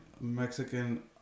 Mexican